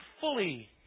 fully